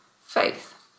faith